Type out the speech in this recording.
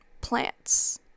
plants